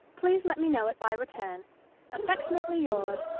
please let me know it by return affectionately yours,